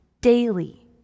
daily